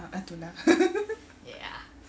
ah tu lah